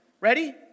Ready